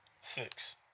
six